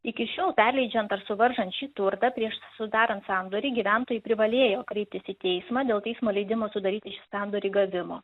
iki šiol perleidžiant ar suvaržant šį turtą prieš sudarant sandorį gyventojai privalėjo kreiptis į teismą dėl teismo leidimo sudaryti šį sandorį gavimo